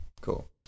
cool